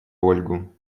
ольгу